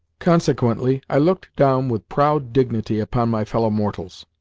consequently, i looked down with proud dignity upon my fellow-mortals.